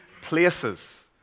places